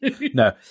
no